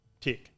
Tick